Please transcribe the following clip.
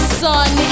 sun